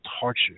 torture